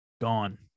gone